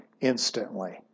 instantly